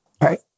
Right